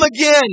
again